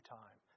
time